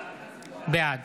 בעד